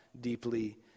deeply